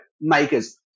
makers